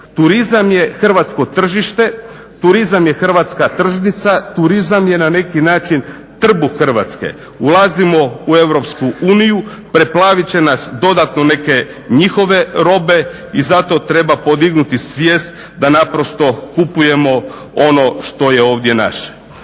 Turizam je hrvatsko tržište, turizam je hrvatska tržnica, turizam je na neki način trbuh Hrvatske. Ulazimo u EU preplavit će nas dodatno neke njihove robe i zato treba podignuti svijest da naprosto kupujemo ono što je ovdje naše.